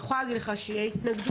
אני יכולה להגיד לך שיהיו התנגדויות,